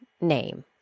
name